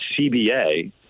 CBA